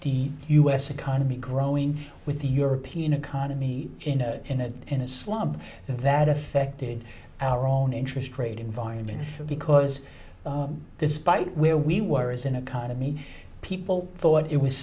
the u s economy growing with the european economy in a in a in a slump that affected our own interest rate environment because despite where we were as an economy people thought it was